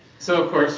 so of course,